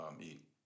eat